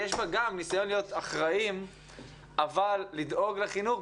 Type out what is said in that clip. שיש בה גם ניסיון להיות אחראים אבל לדאוג לחינוך,